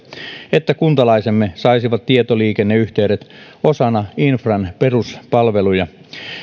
että kuntalaisemme saisivat tietoliikenneyhteydet osana infran peruspalveluja